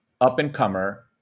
up-and-comer